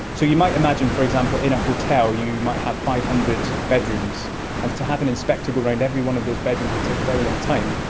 so you might imagine, for example, in a hotel you might have five hundred bedrooms, and to have an inspector go around every one of those bedrooms would take a very long time.